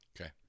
Okay